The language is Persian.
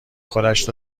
خودش